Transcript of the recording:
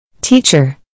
Teacher